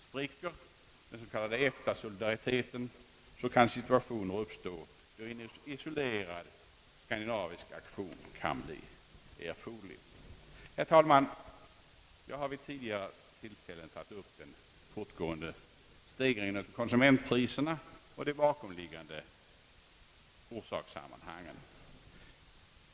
Spricker den s.k. EFTA-solidariteten kan situationer uppstå, där en isolerad skandinavisk aktion blir erforderlig. Herr talman! Jag har vid tidigare tillfällen talat om den fortgående stegringen av konsumentpriserna och de bakomliggande orsakssammanhangen.